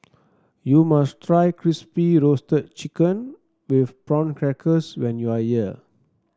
you must try Crispy Roasted Chicken with Prawn Crackers when you are here